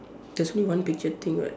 there's no one picture thing right